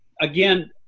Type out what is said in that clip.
again